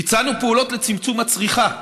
ביצענו פעולות לצמצום הצריכה.